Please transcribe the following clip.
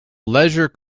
leisure